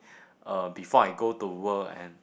uh before I go to work and